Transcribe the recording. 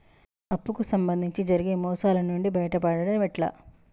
అప్పు కు సంబంధించి జరిగే మోసాలు నుండి బయటపడడం ఎట్లా?